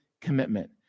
commitment